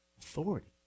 authority